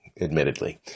admittedly